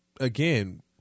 again